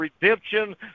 redemption